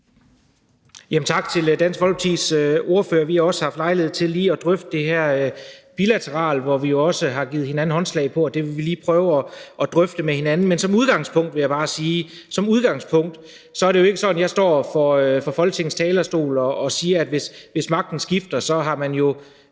Tak til Dansk Folkepartis ordfører, hr. René Christensen. Vi har også haft lejlighed til lige at drøfte det her bilateralt, hvor vi også har givet hinanden håndslag på, at det vil vi lige prøve at drøfte med hinanden. Men som udgangspunkt vil jeg bare sige, at det ikke er sådan, at jeg står på Folketingets talerstol og siger, at hvis magten skifter, har man